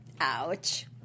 Ouch